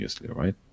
right